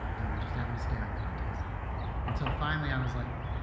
and we're just having a staring contest until finally i was like,